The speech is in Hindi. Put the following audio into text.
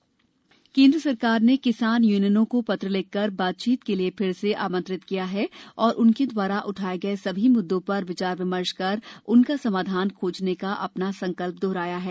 किसान सरकार केन्द्र सरकार ने किसान यूनियनों को पत्र लिखकर बातचीत के लिए फिर से आमंत्रित किया है और उनके द्वारा उठाये गये सभी मुद्दों पर विचार विमर्श कर तथा उनका समाधान खोजने का अपना संकल्प दोहराया है